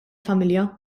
familja